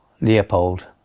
Leopold